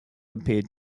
appeared